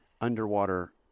underwater